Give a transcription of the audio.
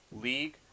league